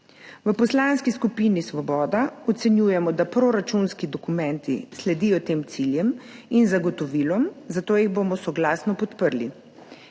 V Poslanski skupini Svoboda ocenjujemo, da proračunski dokumenti sledijo tem ciljem in zagotovilom, zato jih bomo soglasno podprli.